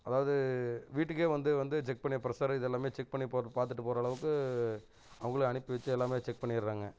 அதாவது வீட்டுக்கே வந்து வந்து செக் பண்ணி ப்ரெஷ்ஷரு இதெல்லாம் செக் பண்ணி போகிற பார்த்துட்டு போகிற அளவுக்கு அவங்களே அனுப்பி வச்சு எல்லாம் செக் பண்ணிடுறாங்க